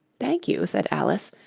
thank you said alice,